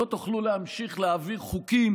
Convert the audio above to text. לא תוכלו להמשיך להעביר חוקים